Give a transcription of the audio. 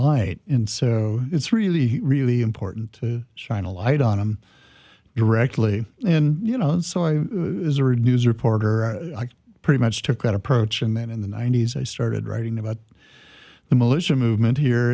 light in so it's really really important to shine a light on him directly in you know so i heard news reporter pretty much took that approach and then in the ninety's i started writing about the militia movement here